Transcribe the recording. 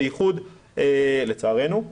לצערנו,